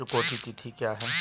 चुकौती तिथि क्या है?